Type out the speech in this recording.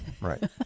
Right